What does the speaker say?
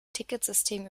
ticketsystem